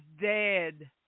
Dead